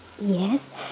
Yes